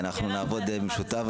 נעבוד בשיתוף פעולה.